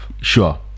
Sure